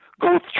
Go